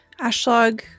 Ashlog